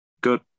good